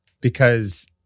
because-